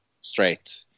straight